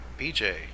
BJ